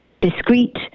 discrete